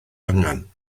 angen